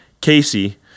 Casey